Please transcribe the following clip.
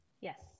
Yes